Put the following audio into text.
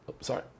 Sorry